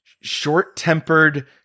short-tempered